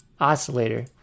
oscillator